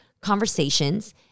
conversations